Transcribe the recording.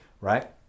right